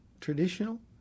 traditional